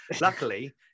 Luckily